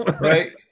Right